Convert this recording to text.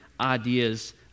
ideas